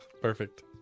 Perfect